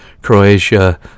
croatia